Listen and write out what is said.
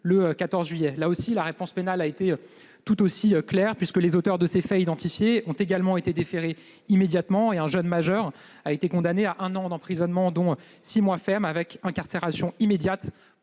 le 14 juillet dernier. La réponse pénale a été tout aussi claire, puisque les auteurs de ces faits ont été déférés immédiatement. Un jeune majeur a été condamné à un an d'emprisonnement, dont six mois fermes, avec incarcération immédiate